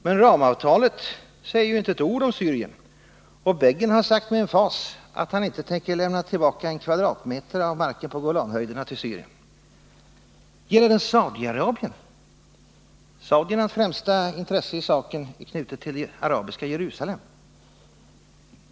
Men ramavtalet säger ju inte ett ord om Syrien, och Begin har sagt med emfas att han inte tänker lämna tillbaka en kvadratmeter av marken på Golanhöjderna till Syrien. Gäller den Saudi Arabien? Saudiernas främsta intresse i saken är knutet till det arabiska Jerusalem.